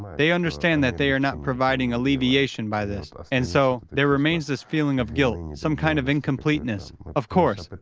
they understand that they are not providing alleviation by this. and so, there remains this feeling of guilt, some kind of incompleteness. of course, but